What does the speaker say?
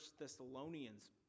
Thessalonians